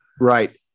Right